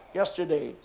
yesterday